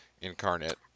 incarnate